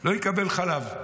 לא יקבל חלב.